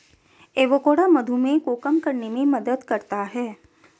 avocado मधुमेह को कम करने में मदद करता है